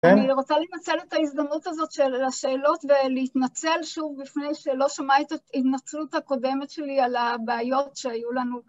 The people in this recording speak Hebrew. אני רוצה לנצל את ההזדמנות הזאת של השאלות, ולהתנצל שוב בפני שלא שמע את ההתנצלות הקודמת שלי על הבעיות שהיו לנו.